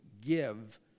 give